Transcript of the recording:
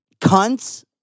cunts